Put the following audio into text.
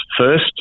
first